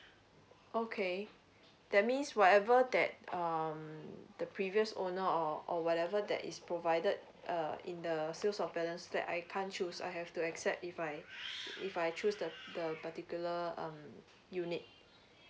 okay that means whatever that um the previous owner or or whatever that is provided uh in the sales of balance that I can't choose I have to accept if I if I choose the the the particular um unit